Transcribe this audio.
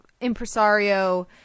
impresario